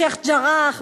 בשיח'-ג'ראח,